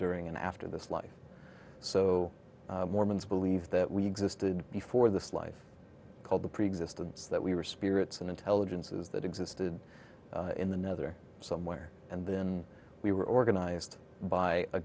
during and after this life so mormons believe that we existed before this life called the preexistence that we were spirits and intelligences that existed in the nether somewhere and then we were organized by a